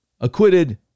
acquitted